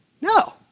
No